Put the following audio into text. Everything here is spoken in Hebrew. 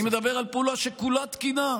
אני מדבר על פעולה שכולה תקינה,